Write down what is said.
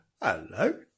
Hello